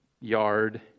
yard